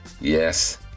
Yes